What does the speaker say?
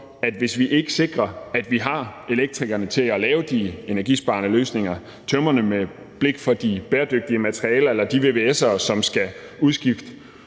at hvis vi ikke sikrer, at vi har elektrikerne til at lave de energisparende løsninger, tømrerne med blik for de bæredygtige materialer eller de vvs'ere, som skal udskifte